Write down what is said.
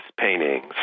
paintings